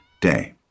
day